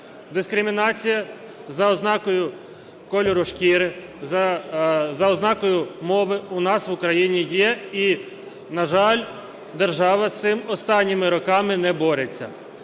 Дискримінація за ознакою кольору шкіри, за ознакою мови у нас в Україні є, і, на жаль, держава з цим останніми роками не бореться.